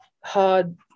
hard